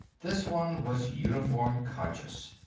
this one was uniform-conscious.